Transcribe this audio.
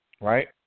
right